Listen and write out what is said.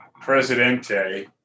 Presidente